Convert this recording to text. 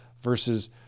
versus